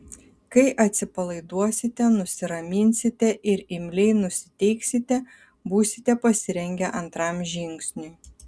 kai atsipalaiduosite nusiraminsite ir imliai nusiteiksite būsite pasirengę antram žingsniui